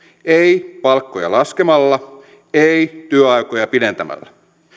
ei palkkoja laskemalla ei työaikoja pidentämällä